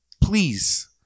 Please